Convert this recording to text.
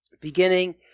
beginning